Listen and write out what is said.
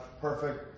perfect